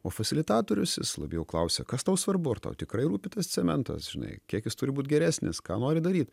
o fasilitatorius jis labiau klausia kas tau svarbu ar tau tikrai rūpi tas cementas žinai kiek jis turi būt geresnis ką nori daryt